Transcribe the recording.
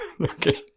okay